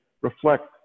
reflect